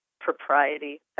propriety